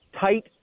tight